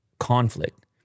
conflict